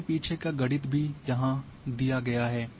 इसके पीछे का गणित भी यहाँ दिया गया है